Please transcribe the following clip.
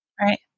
Right